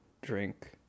drink